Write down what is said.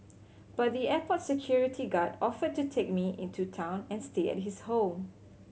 but the airport security guard offered to take me into town and stay at his home